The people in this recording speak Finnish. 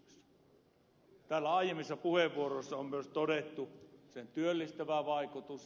täällä aiemmissa puheenvuoroissa on myös todettu sen työllistävä vaikutus